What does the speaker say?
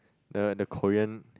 the the Korean